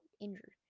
injured